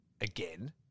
again